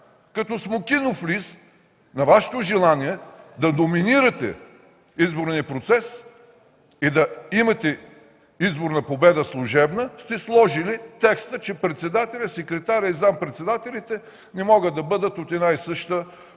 Като смокинов лист на Вашето желание да доминирате в изборния процес и да имате служебна изборна победа сте сложили текста, че председателят, секретарят и заместник-председателите не могат да бъдат от една и съща